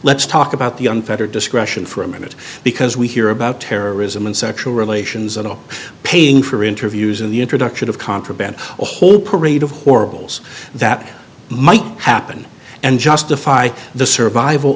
let's talk about the unfettered discretion for a minute because we hear about terrorism and sexual relations and paying for interviews in the introduction of contraband a whole parade of horribles that might happen and justify the survival